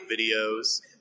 videos